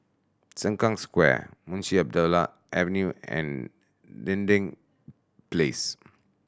Sengkang Square Munshi Abdullah Avenue and Dinding Place